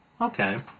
Okay